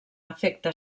efecte